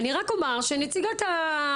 אני רק אומר שנציגת האוצר,